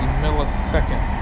millisecond